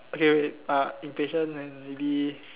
okay okay uh impatient and maybe